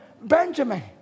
Benjamin